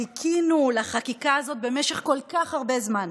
חיכינו לחקיקה הזאת במשך כל כך הרבה זמן.